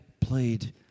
played